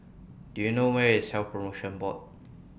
Do YOU know Where IS Health promotion Board